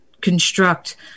construct